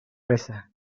reza